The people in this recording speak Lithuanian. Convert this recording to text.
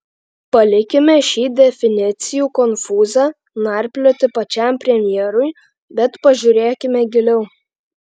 palikime šį definicijų konfūzą narplioti pačiam premjerui bet pažiūrėkime giliau